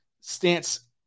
stance